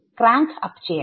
crank up ചെയ്യണം